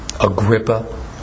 Agrippa